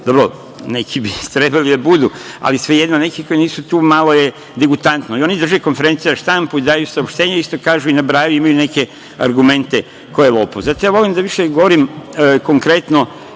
bi neki trebali da budu, ali, svejedno, nekih koji nisu tu malo je degutatno. Oni drže konferencije za štampu i daju saopštenje, isto kažu i nabrajaju, imaju neke argumente ko je lopov. Zato ja više volim da govorim konkretno